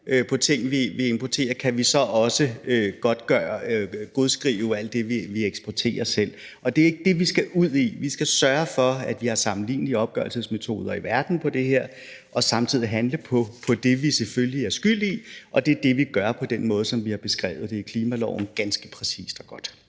på ting, vi importerer, kan vi så også godskrive alt det, vi eksporterer selv, og det er ikke det, vi skal ud i. Vi skal sørge for, at vi har sammenlignelige opgørelsesmetoder i verden for det her, og samtidig handle på det, vi selvfølgelig er skyld i, og det er det, vi gør på den måde, som vi har beskrevet det i klimaloven ganske præcist og godt.